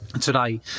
today